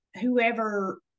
whoever